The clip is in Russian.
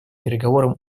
переговорам